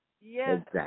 Yes